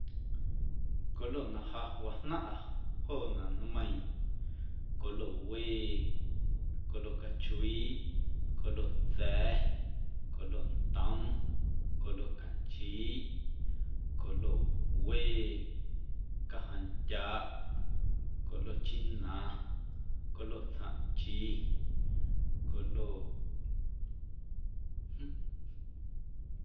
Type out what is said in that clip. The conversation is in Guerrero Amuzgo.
Colo na ja wajnaⁿꞌa joonaꞌ nmeiiⁿ colo wee, colo cachuiiꞌ, colo tsa̱, colo ntom, colo canchiiꞌ, colo wee, cajaⁿndyaꞌ, colo china, colo tsjaⁿꞌchi, colo.